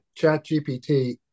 ChatGPT